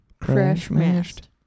Crash-mashed